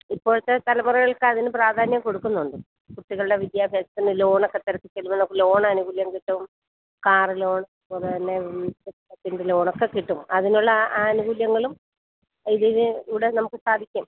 ഇപ്പോഴത്തെ തലമുറകൾക്കതിന് പ്രാധാന്യം കൊടുക്കുന്നുണ്ട് കുട്ടികളുടെ വിദ്യാഭ്യാസത്തിന് ലോണൊക്കെ തിരക്കി ചെല്ലുമ്പോൾ ലോൺ ആനുകൂല്യം കിട്ടും കാർ ലോൺ അതുപോലെ തന്നെ വീടു വെക്കുന്ന ലോണൊക്കെ കിട്ടും അങ്ങനെയുള്ള ആനുകൂല്യങ്ങളും ഇതിന് ഇവിടെ നമുക്ക് സാധിക്കും